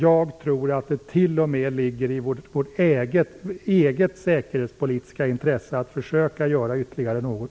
Jag tror att det t.o.m. ligger i vårt eget säkerhetspolitiska intresse att försöka göra ytterligare något.